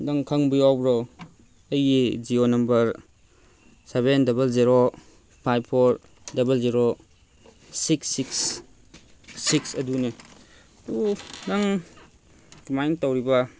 ꯅꯪ ꯈꯪꯕ ꯌꯥꯎꯕ꯭ꯔꯣ ꯑꯩꯒꯤ Jio number seven double zero five four double zero six six six ꯑꯗꯨꯅꯤ ꯑꯗꯨ ꯅꯪ ꯀꯃꯥꯏꯅ ꯇꯧꯔꯤꯕ